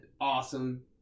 awesome